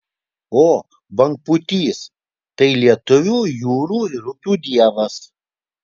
o bangpūtys tai lietuvių jūrų ir upių dievas